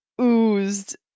oozed